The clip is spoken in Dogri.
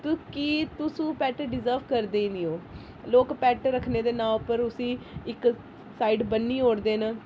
तुस कि तुस ओह् पैट डिजर्वि करदे गै नेईं ओ लोक पैट रक्खने दे नांऽ उप्पर उसी इक साइड बन्नी ओड़दे न